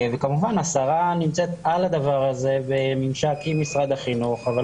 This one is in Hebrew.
וכמובן השרה נמצאת על הדבר הזה בממשק עם משרד החינוך,